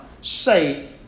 say